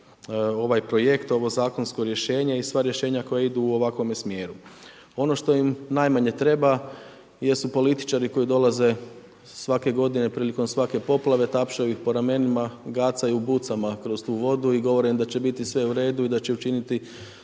ovaj projekt, ovo zakonsko rješenje i sva rješenja koja idu u ovakvome smjeru. Ono što im najmanje treba jesu političari koji dolaze svake godine, prilikom svake poplave, tapšaju ih po ramenima, gacaju u bucama kroz tu vodu i govore im da će biti sve u redu i da će učiniti